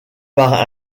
par